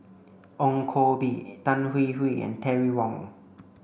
Ong Koh Bee Tan Hwee Hwee and Terry Wong